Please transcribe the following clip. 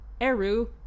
Eru